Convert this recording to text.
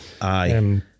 Aye